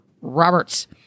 Roberts